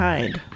Hide